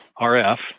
RF